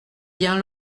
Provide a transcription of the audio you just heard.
bien